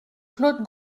claude